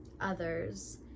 others